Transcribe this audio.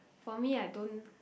for me I don't